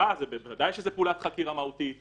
בוודאי שזו פעולת חקירה מהותית,